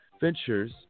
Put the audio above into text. ventures